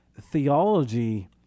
Theology